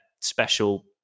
special